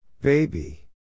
Baby